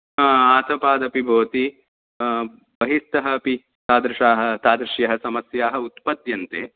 आतपादपि भवति बहिस्तः अपि तादृशाः तादृश्यः समस्याः उत्पद्यन्ते